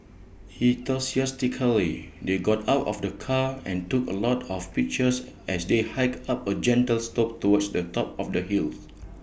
enthusiastically they got out of the car and took A lot of pictures as they hiked up A gentle slope towards the top of the hills